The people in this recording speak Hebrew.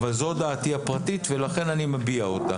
אבל זו דעתי הפרטית ולכן אני מביע אותה.